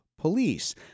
police